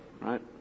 right